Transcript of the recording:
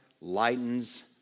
lightens